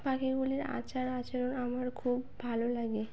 পাখিগুলির আচার আচরণ আমার খুব ভালো লাগে